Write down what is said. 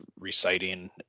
reciting